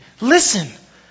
listen